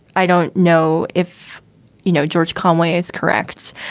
i don't know if you know, george conways. correct.